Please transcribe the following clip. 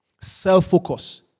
Self-focus